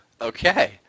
Okay